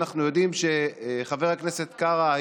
אנחנו יודעים שחבר הכנסת קארה,